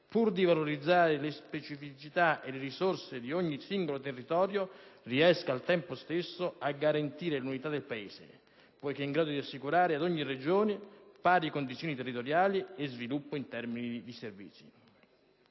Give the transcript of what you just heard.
pur di valorizzare le specificità e le risorse di ogni singolo territorio, riesca al tempo stesso a garantire l'unità del Paese poiché è in grado di assicurare ad ogni Regione pari condizioni territoriali di sviluppo in termini di servizi.